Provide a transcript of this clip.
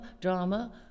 drama